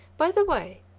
by the way,